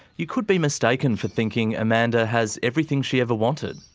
you could be mistaken for thinking amanda has everything she ever wanted.